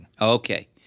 Okay